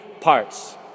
parts